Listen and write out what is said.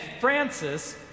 Francis